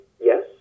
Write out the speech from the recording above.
yes